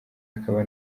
akaba